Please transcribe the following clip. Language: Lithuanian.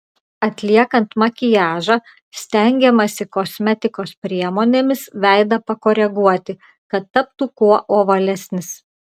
atliekant makiažą stengiamasi kosmetikos priemonėmis veidą pakoreguoti kad taptų kuo ovalesnis